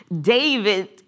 David